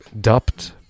dubbed